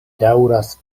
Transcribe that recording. daŭras